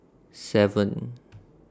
seven